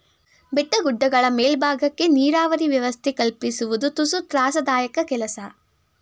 ಬೆಟ್ಟ ಗುಡ್ಡಗಳ ಮೇಲ್ಬಾಗಕ್ಕೆ ನೀರಾವರಿ ವ್ಯವಸ್ಥೆ ಕಲ್ಪಿಸುವುದು ತುಸು ತ್ರಾಸದಾಯಕ ಕೆಲಸ